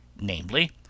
namely